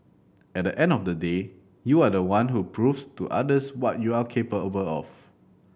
at the end of the day you are the one who proves to others what you are capable of